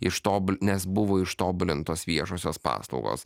ištobuli nes buvo ištobulintos viešosios paslaugos